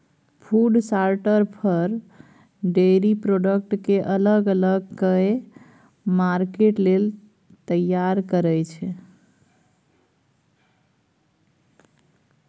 food शार्टर फर, dairy product केँ अलग अलग कए मार्केट लेल तैयार करय छै